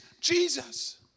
Jesus